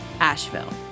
Asheville